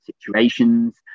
situations